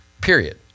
Period